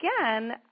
again